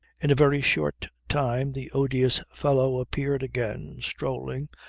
in a very short time the odious fellow appeared again, strolling,